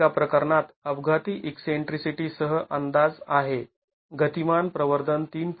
एका प्रकरणात अपघाती ईकसेंट्रीसिटी सह अंदाज आहे गतिमान प्रवर्धन ३